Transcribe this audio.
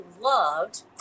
loved